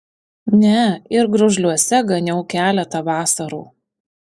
ne ir gružliuose ganiau keletą vasarų